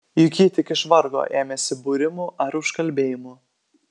juk ji tik iš vargo ėmėsi būrimų ar užkalbėjimų